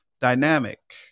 dynamic